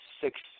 six